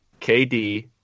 kd